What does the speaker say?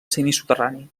semisoterrani